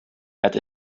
het